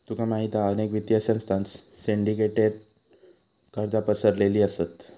तुका माहित हा अनेक वित्तीय संस्थांत सिंडीकेटेड कर्जा पसरलेली असत